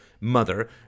mother